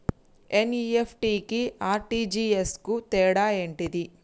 NEFT కి RTGS కు తేడా ఏంటిది?